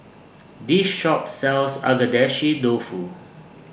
This Shop sells Agedashi Dofu